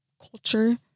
culture